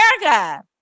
America